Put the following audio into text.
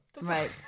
Right